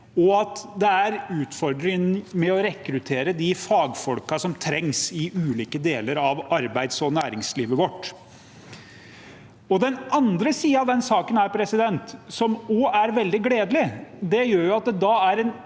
og at det er utfordringer med å rekruttere de fagfolkene som trengs i ulike deler av arbeids- og næringslivet vårt. Den andre siden av denne saken, som er veldig gledelig, er at det gjør at